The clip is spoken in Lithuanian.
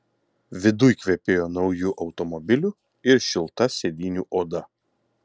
viduj kvepėjo nauju automobiliu ir šilta sėdynių oda